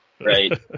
right